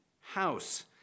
house